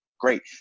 Great